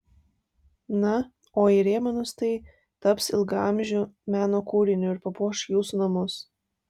na o įrėminus tai taps ilgaamžiu meno kūriniu ir papuoš jūsų namus